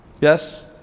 Yes